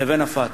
לבין ה"פתח"